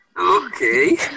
Okay